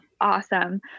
awesome